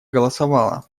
голосовала